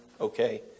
okay